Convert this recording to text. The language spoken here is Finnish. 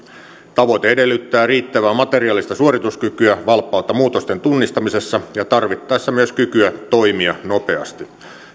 tavoite edellyttää riittävää materiaalista suorituskykyä valppautta muutosten tunnistamisessa ja tarvittaessa myös kykyä toimia nopeasti